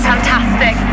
Fantastic